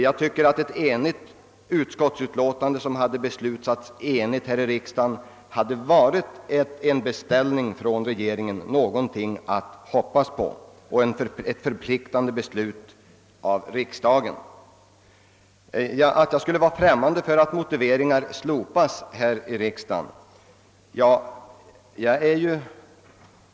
Jag tycker att ett enigt utskottsutlåtande, vilket hade bifallits av en enig riksdag, hade varit en beställning hos regeringen som hade varit förpliktande och något att hoppas på. Att jag skulle vara främmande för att motiveringar slopas här i riksdagen är oriktigt.